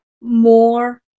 more